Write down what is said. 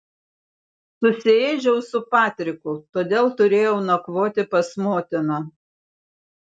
susiėdžiau su patriku todėl turėjau nakvoti pas motiną